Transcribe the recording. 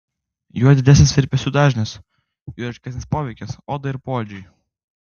juo didesnis virpesių dažnis juo ryškesnis poveikis odai ir poodžiui